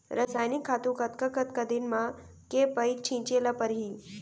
रसायनिक खातू कतका कतका दिन म, के पइत छिंचे ल परहि?